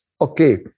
Okay